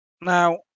Now